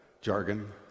jargon